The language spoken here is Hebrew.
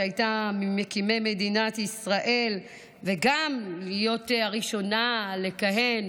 שהייתה ממקימי מדינת ישראל וגם הראשונה לכהן